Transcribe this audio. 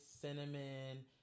cinnamon